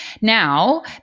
Now